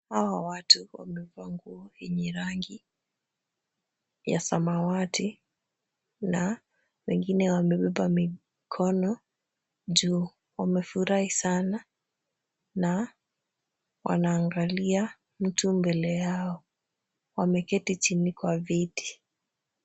Hawa watu wamevaa nguo yenye rangi ya samawati na wengine wamebeba mikono juu. Wamefurahi sana na wanaangalia mtu mbele yao. Wameketi chini kwa viti.